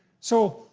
so,